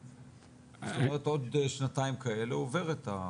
זאת אומרת, שעוד שנתיים כאלו הוא עובר.